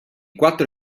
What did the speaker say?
quattro